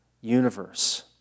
universe